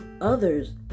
others